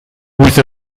with